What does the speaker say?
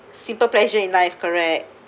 simple pleasure in life correct